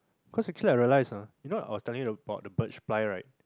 cause actually I realise ah you know I was telling you about the birch ply right